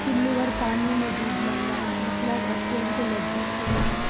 चुल्लू भर पानी में डूब मारना मतलब अत्यंत लज्जित होना